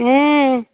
ହଁ